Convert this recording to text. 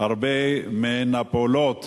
הרבה מן הפעולות